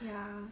ya